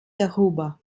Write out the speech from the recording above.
darüber